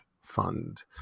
fund